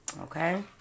Okay